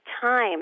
time